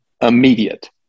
Immediate